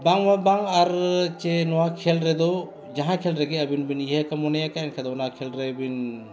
ᱵᱟᱝᱟ ᱵᱟᱝ ᱟᱨ ᱪᱮᱫ ᱱᱚᱣᱟ ᱠᱷᱮᱞ ᱨᱮᱫᱚ ᱡᱟᱦᱟᱸ ᱠᱷᱮᱞ ᱨᱮᱜᱮ ᱟᱹᱵᱤᱱ ᱵᱤᱱ ᱤᱭᱟᱹ ᱠᱟᱜᱼᱟ ᱢᱚᱱᱮᱭᱟᱠᱟᱜᱼᱟ ᱮᱱᱠᱷᱟᱱ ᱫᱚ ᱚᱱᱟ ᱠᱷᱮᱞ ᱨᱮᱵᱤᱱ